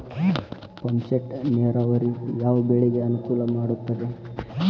Pump set ನೇರಾವರಿ ಯಾವ್ ಬೆಳೆಗೆ ಅನುಕೂಲ ಮಾಡುತ್ತದೆ?